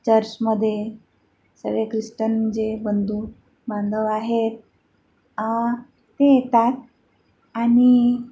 चर्चमध्ये सर्व ख्रिश्चन जे बंधू बांधव आहेत ते येतात आणि